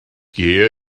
gehe